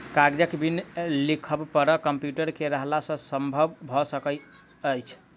कागजक बिन लिखब पढ़ब कम्प्यूटर के रहला सॅ संभव भ सकल अछि